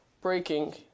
breaking